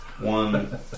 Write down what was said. One